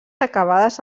acabades